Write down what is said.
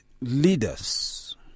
leaders